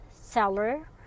seller